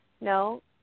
No